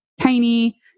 tiny